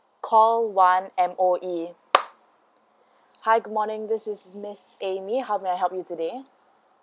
call one M_O_E hi good morning this is miss amy how may I help you today